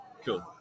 Cool